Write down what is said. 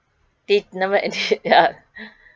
they never edit ya